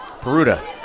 Peruta